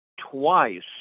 twice